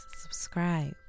subscribe